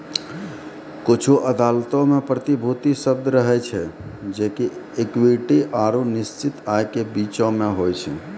कुछु अदालतो मे प्रतिभूति शब्द रहै छै जे कि इक्विटी आरु निश्चित आय के बीचो मे होय छै